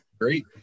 Great